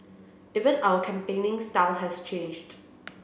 even our campaigning style has changed